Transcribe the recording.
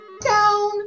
Down